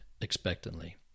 expectantly